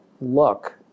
look